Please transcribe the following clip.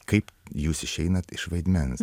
kaip jūs išeinat iš vaidmens